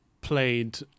played